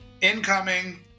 Incoming